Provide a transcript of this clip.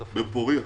בפורייה.